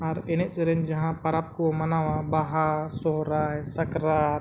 ᱟᱨ ᱮᱱᱮᱡᱼᱥᱮᱨᱮᱧ ᱡᱟᱦᱟᱸ ᱯᱚᱨᱚᱵᱽ ᱠᱚ ᱢᱟᱱᱟᱣᱟ ᱵᱟᱦᱟ ᱥᱚᱦᱨᱟᱭ ᱥᱟᱠᱨᱟᱛ